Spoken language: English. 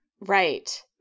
Right